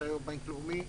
שהיום בנק לאומי,